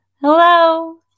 hello